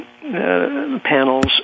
panels